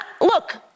Look